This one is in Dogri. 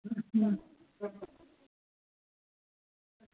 अं